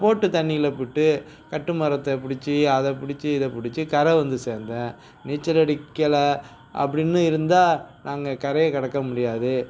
போட்டு தண்ணியில பூட்டு கட்டு மரத்தை பிடிச்சி அதை பிடிச்சி இதை பிடிச்சி கரை வந்து சேர்ந்தேன் நீச்சல் அடிக்கலை அப்படின்னு இருந்தால் நாங்கள் கரையை கடக்க முடியாது